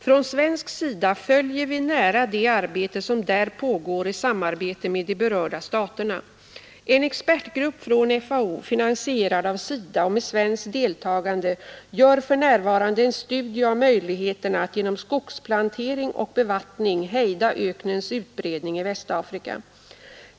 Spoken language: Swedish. Från svensk sida följer vi nära det arbete som där pågår i samarbete med de berörda staterna. En expertgrupp från FAO, finansierad av SIDA och med svenskt deltagande, gör för närvarande en studie av möjligheterna att genom skogsplantering och bevattning hejda öknens utbredning i Västafrika.